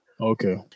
Okay